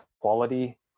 quality